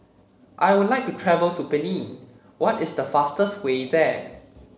I would like to travel to Benin what is the fastest way there